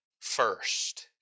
first